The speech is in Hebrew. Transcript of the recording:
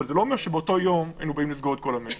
אבל זה לא אומר שבאותו יום היינו באים לסגור את כל המשק.